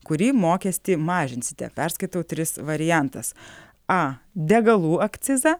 kurį mokestį mažinsite perskaitau tris variantas a degalų akcizą